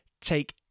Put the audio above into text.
Take